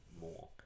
more